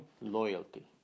loyalty